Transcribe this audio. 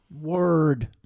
Word